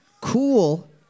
cool